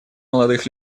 молодых